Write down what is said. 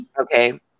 okay